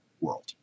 world